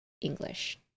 English